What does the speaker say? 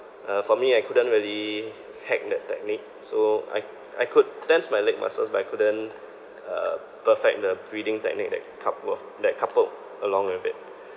uh for me I couldn't really hack that technique so I I could tense my leg muscles but I couldn't uh perfect the breathing technique that couple that coupled along with it